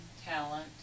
talent